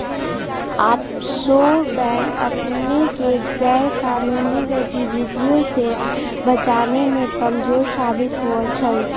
offshore bank अपनेके गैरकानूनी गतिविधियों से बचाबे में कमजोर साबित होइ छइ